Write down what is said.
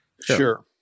Sure